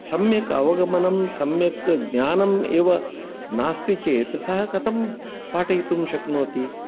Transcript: सम्यक् अवगमनं सम्यक् ज्ञानम् एव नास्ति चेत् सः कथं पाठयितुं शक्नोति